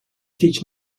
teach